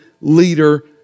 leader